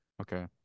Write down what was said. Okay